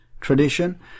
tradition